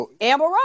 Amber